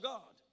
God